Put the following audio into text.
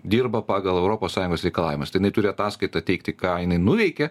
dirba pagal europos sąjungos reikalavimus tai jinai turi ataskaitą teikti ką jinai nuveikė